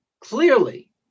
clearly